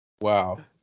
Wow